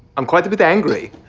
i'm quite a bit angry.